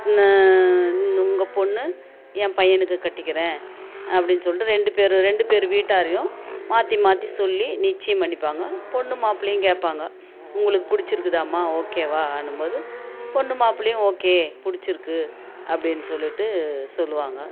உங்கள் பொண்ணு என் பையனுக்கு கட்டிக்கிறேன் அப்படின்னு சொல்லிட்டு ரெண்டு பேர் ரெண்டு பேர் வீட்டாரையும் மாற்றி மாற்றி சொல்லி நிச்சயம் பண்ணிப்பாங்க பொண்ணு மாப்பிள்ளையும் கேட்பாங்க உங்களுக்கு பிடிச்சிருக்குதாம்மா ஓகேவான்னும்போது பொண்ணு மாப்பிள்ளையும் ஓகே பிடிச்சிருக்கு அப்படின்னு சொல்லிட்டு சொல்வாங்க